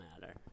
matter